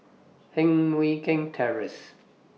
Heng Mui Keng Terrace